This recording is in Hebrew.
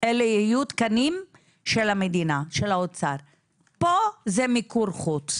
אלה יהיו תקנים של המדינה, פה זה מיקור חוץ.